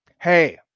hey